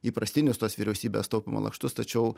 įprastinius tos vyriausybės taupymo lakštus tačiau